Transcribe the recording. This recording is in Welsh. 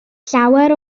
llawer